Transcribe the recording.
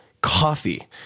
coffee